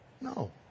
No